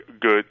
good